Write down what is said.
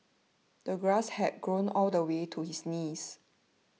the grass had grown all the way to his knees